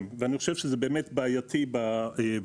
ואני חושב שזה באמת בעייתי בווריאציות